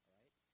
right